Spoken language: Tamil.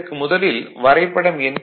இதற்கு முதலில் வரைபடம் எண்